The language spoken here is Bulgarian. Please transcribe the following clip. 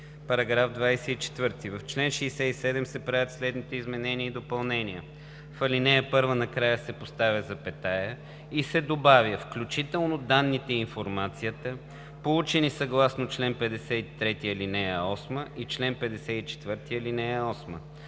§ 24: „§ 24. В чл. 67 се правят следните изменения и допълнения: 1. В ал. 1 накрая се поставя запетая и се добавя „включително данните и информацията, получени съгласно чл. 53, ал. 8 и чл. 54, ал. 8.